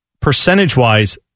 percentage-wise